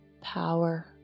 power